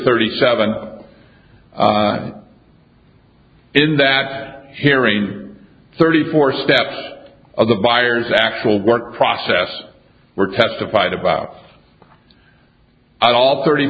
thirty seven in that hearing thirty four steps of the buyer's actual work process were testified about at all thirty